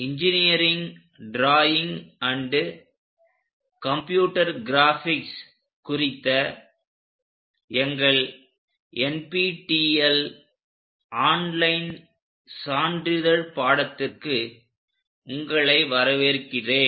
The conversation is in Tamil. engineering drawing and computer graphics குறித்த எங்கள் NPTEL ஆன்லைன் சான்றிதழ் பாடத்திற்கு உங்களை வரவேற்கிறேன்